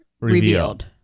revealed